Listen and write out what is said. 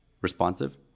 responsive